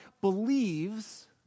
believes